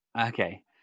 Okay